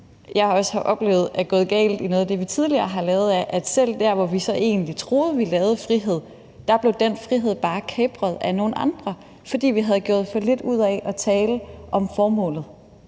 jeg også har oplevet er gået galt i noget af det, vi tidligere har lavet, er, at selv der, hvor vi så egentlig troede, vi lavede frihed, blev den frihed bare kapret af nogle andre, fordi vi havde gjort for lidt ud af at tale om formålet,